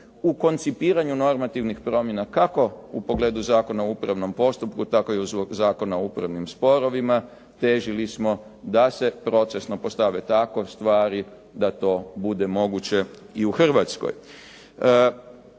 u koncipiranju normativnih promjena kako u pogledu Zakona o upravnom postupku, tako i Zakona o upravnim sporovima, težili smo da se procesno postave tako stvari da to bude moguće i u Hrvatskoj.